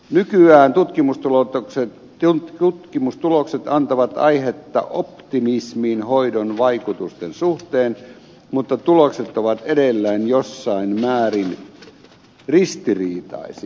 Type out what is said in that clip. nykyään tutkimustulokset antavat aihetta optimismiin hoidon vaikutusten suhteen mutta tulokset ovat edelleen jossain määrin ristiriitaisia